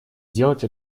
сделать